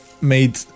made